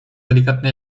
delikatny